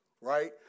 right